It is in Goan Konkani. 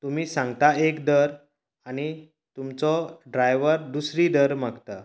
तुमी सांगता एक दर आनी तुमचो ड्रायवर दुसरी दर मागता